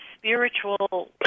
spiritual